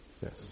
Yes